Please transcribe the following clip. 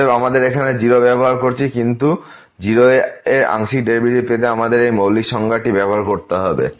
অতএব আমরা এখানে 0 ব্যবহার করেছি কিন্তু 0 এ আংশিক ডেরিভেটিভ পেতে আমাদের এই মৌলিক সংজ্ঞাটি ব্যবহার করতে হবে